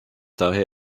daher